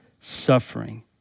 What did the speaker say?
suffering